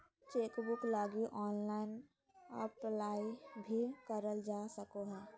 chequebook लगी online apply भी करल जा सको हइ